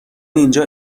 اینجا